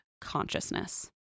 consciousness